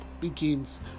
begins